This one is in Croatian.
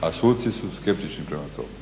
a suci su skeptični prema tome.